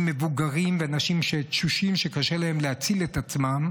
מבוגרים ואנשים תשושים שקשה להם להציל את עצמם,